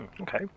Okay